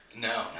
No